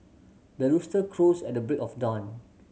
the rooster crows at the break of dawn